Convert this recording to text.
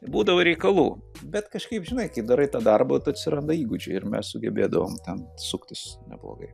būdavo reikalų bet kažkaip žinai kai darai tą darbą tai atsiranda įgūdžiai ir mes sugebėdavom ten suktis neblogai